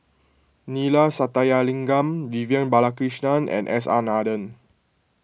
Neila Sathyalingam Vivian Balakrishnan and S R Nathan